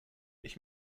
ich